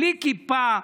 בלי כיפה,